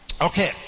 okay